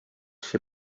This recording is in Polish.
się